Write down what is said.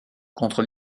contre